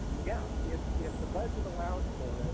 yeah. if if the budget allows for it,